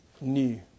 New